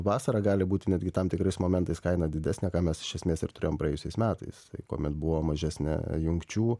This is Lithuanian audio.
vasarą gali būti netgi tam tikrais momentais kaina didesnė ką mes iš esmės ir turėjom praėjusiais metais kuomet buvo mažesnė jungčių